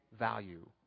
value